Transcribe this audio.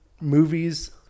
Movies